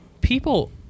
people